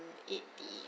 eat the